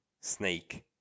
Snake